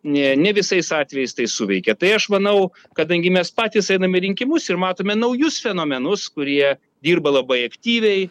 ne ne visais atvejais tai suveikė tai aš manau kadangi mes patys einam į rinkimus ir matome naujus fenomenus kurie dirba labai aktyviai